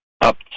up